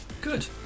Good